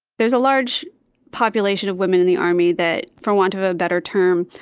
there's a large population of women in the army that, for want of a better term,